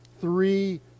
three